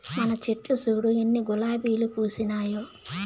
మన చెట్లు చూడు ఎన్ని గులాబీలు పూసినాయో